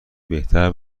بهتر